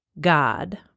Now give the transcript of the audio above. God